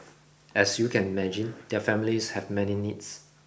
as you can imagine their families have many needs